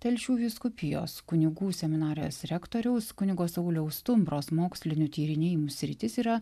telšių vyskupijos kunigų seminarijos rektoriaus kunigo sauliaus stumbros mokslinių tyrinėjimų sritis yra